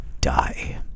Die